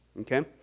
Okay